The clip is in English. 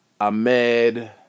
Ahmed